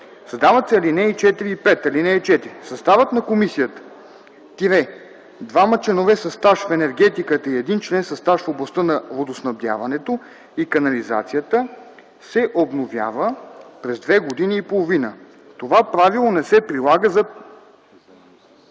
Създават се алинеи 4 и 5: „(4) Съставът на комисията – двама членове със стаж в енергетиката и един член със стаж в областта на водоснабдяването и канализацията се обновява през две години и половина. Това правило не се прилага за